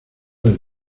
del